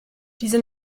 diese